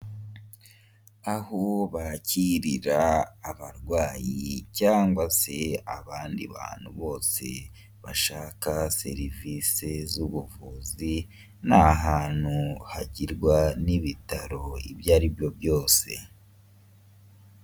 Aho bakirira abarwayi cyangwa se abandi bantu bose bashaka serivisi z'ubuvuzi, ni ahantu hagirwa n'ibitaro ibyo aribyo byose.